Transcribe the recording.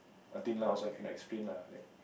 until now I also cannot explain ah